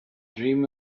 dream